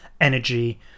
energy